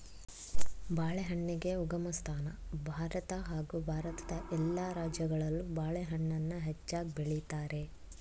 ಬಾಳೆಹಣ್ಣಿಗೆ ಉಗಮಸ್ಥಾನ ಭಾರತ ಹಾಗೂ ಭಾರತದ ಎಲ್ಲ ರಾಜ್ಯಗಳಲ್ಲೂ ಬಾಳೆಹಣ್ಣನ್ನ ಹೆಚ್ಚಾಗ್ ಬೆಳಿತಾರೆ